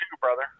brother